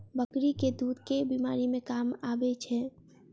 बकरी केँ दुध केँ बीमारी मे काम आबै छै?